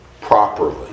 properly